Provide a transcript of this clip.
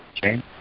James